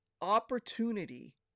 opportunity